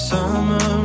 Summer